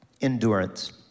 endurance